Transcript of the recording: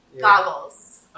Goggles